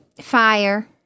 fire